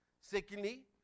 Secondly